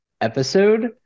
episode